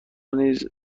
نیز